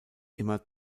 immer